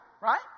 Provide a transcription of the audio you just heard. right